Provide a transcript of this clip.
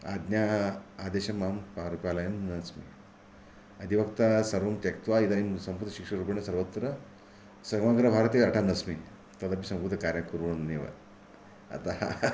आज्ञाः आदेशम् अहं परिपालयन्नस्मि अधिवक्ता सर्वं त्यक्त्वा इदानीं संस्कृतशिक्षकरूपेण सर्वत्र समग्रभारते अटन्नस्मि तदपि संस्कृतकार्यं कुर्वन्नेव अतः